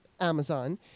Amazon